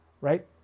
right